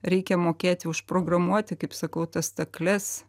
reikia mokėti užprogramuoti kaip sakau tas stakles